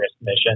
mission